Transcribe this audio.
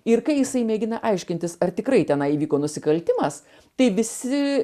ir kai jisai mėgina aiškintis ar tikrai tenai įvyko nusikaltimas tai visi